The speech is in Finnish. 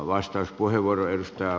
arvoisa puhemies